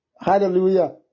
Hallelujah